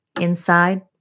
inside